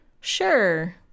Sure